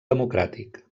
democràtic